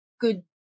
good